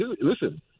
Listen